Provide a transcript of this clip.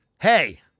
hey